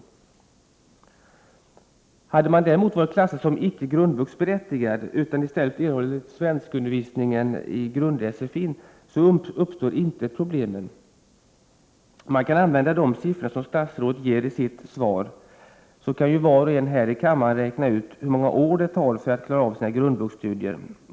Hade dessa människor däremot varit klassade som icke grundvuxberättigade och i stället erhållit svenskundervisning inom grund-sfi, hade problemet inte uppstått. Om man använder de siffror som statsrådet gav i sitt svar, kan ju var och en här i kammaren räkna ut hur många år det tar att klara av sina grundvuxstudier.